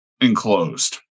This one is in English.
enclosed